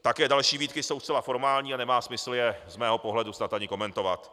Také další výtky jsou zcela formální a nemá smysl je z mého pohledu snad ani komentovat.